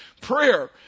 prayer